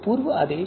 पूर्व आदेश